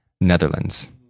Netherlands